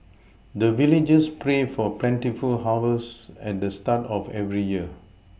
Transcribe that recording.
the villagers pray for plentiful harvest at the start of every year